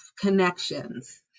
connections